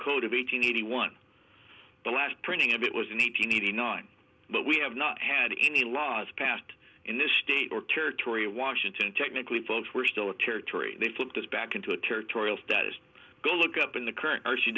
code of eight hundred eighty one the last printing of it was an eight hundred eighty nine but we have not had any laws passed in this state or territory washington technically folks were still a territory they flipped us back into a territorial status go look up in the current